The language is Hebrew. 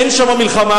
אין שם מלחמה,